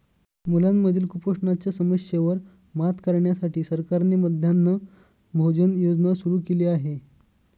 मुलांमधील कुपोषणाच्या समस्येवर मात करण्यासाठी सरकारने मध्यान्ह भोजन योजना सुरू केली आहे